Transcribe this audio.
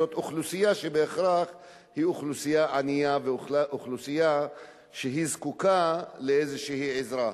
זו אוכלוסייה שבהכרח היא אוכלוסייה ענייה ואוכלוסייה שזקוקה לאיזו עזרה.